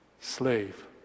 slave